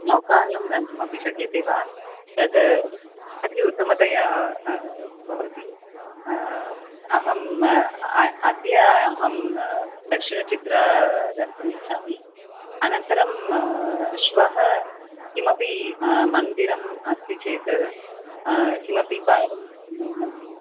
नौकायां गन्तुमपि शक्यते वा तत् अति उत्तमतया भवति अहम् अद्य अहं दक्षिनचित्रा गन्तुम् इच्छामि अनन्तरं श्वः किमपि मन्दिरम् अस्ति चेत् किमपि